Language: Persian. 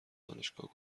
دانشگاه